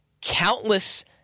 countless